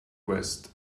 vest